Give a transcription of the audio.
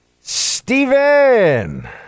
Steven